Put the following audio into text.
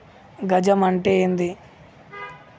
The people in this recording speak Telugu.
గజం అంటే ఏంది?